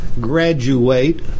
graduate